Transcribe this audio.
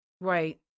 Right